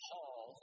Paul